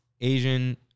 Asian